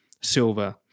silver